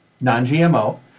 non-GMO